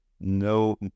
no